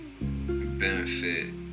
benefit